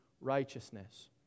righteousness